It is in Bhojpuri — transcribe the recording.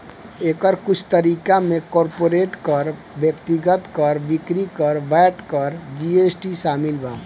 एकर कुछ तरीका में कॉर्पोरेट कर, व्यक्तिगत कर, बिक्री कर, वैट अउर जी.एस.टी शामिल बा